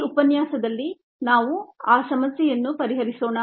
ಈ ಉಪನ್ಯಾಸದಲ್ಲಿ ನಾವು ಆ ಸಮಸ್ಯೆಯನ್ನು ಪರಿಹರಿಸೋಣ